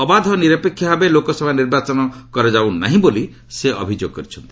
ଅବାଧ ଓ ନିରପେକ୍ଷ ଭାବେ ଲୋକସଭା ନିର୍ବାଚନ କରାଯାଉ ନାହିଁ ବୋଲି ସେ ଅଭିଯୋଗ କରିଛନ୍ତି